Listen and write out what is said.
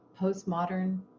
postmodern